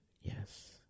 Yes